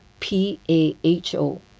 PAHO